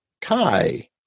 Kai